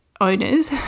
owners